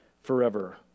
forever